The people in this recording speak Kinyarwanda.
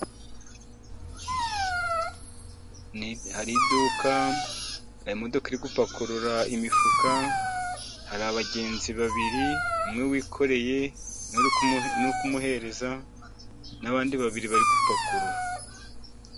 Ni, hari iduka, hari imodoka iri gupakurura imifuka, hari abagenzi babiri, umwe wikoreye n'uri kumuhereza, n'abandi babiri bari gupakurura.